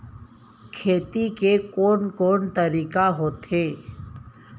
खेती के कोन कोन तरीका होथे?